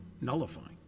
nullifying